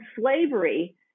slavery